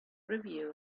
review